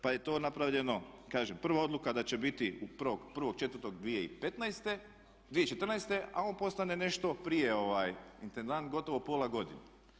Pa je to napravljeno, kažem prva odluka da će biti 1.34.2014. a on postane nešto prije intendant, gotovo pola godine.